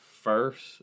first